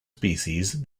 species